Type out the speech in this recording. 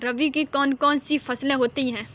रबी की कौन कौन सी फसलें होती हैं?